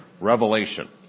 revelation